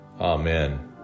Amen